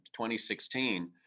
2016